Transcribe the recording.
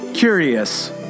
Curious